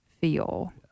feel